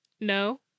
No